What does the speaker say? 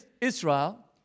Israel